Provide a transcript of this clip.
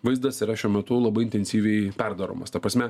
vaizdas yra šiuo metu labai intensyviai perdaromas ta prasme